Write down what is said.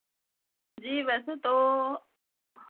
जी वैसे तो